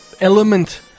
element